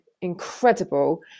incredible